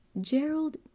Gerald